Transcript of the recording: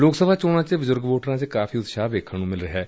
ਲੋਕ ਸਭਾ ਚੋਣਾਂ ਚ ਬਜੁਰਗ ਵੋਟਰਾਂ ਵਿਚ ਕਾਫੀ ਉਤਸ਼ਾਹ ਵੇਖਣ ਨੂੰ ਮਿਲ ਰਿਹੈ